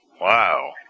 Wow